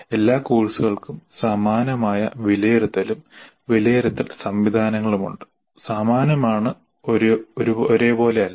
എല്ലാ കോഴ്സുകൾക്കും സമാനമായ വിലയിരുത്തലും വിലയിരുത്തൽ സംവിധാനങ്ങളുമുണ്ട് സമാനമാണ് ഒരേപോലെയല്ല